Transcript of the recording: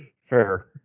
Fair